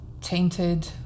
tainted